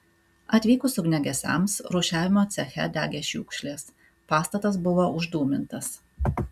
atvykus ugniagesiams rūšiavimo ceche degė šiukšlės pastatas buvo uždūmintas